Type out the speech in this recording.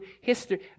history